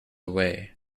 way